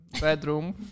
Bedroom